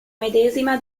medesima